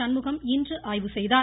சண்முகம் இன்று ஆய்வு நடத்தினார்